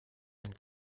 ein